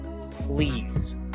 Please